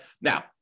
Now